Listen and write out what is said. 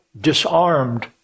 disarmed